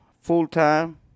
full-time